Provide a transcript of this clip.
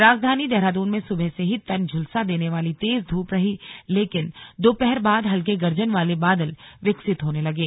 राजधानी देहरादून में सुबह से ही तन झुलसा देने वाली तेज धूप रही लेकिन दोपहार बाद हल्के गर्जन वाले बादल विकसित होने लगे